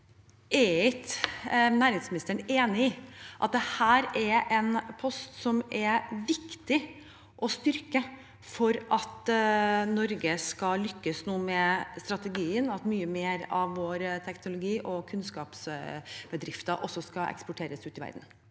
ikke næringsministeren enig i at dette er en post det er viktig å styrke for at Norge skal lykkes med strategien, og at mye mer av vår teknologi og kunnskapsbedrifter også skal eksporteres ut i verden?